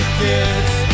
kids